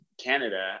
Canada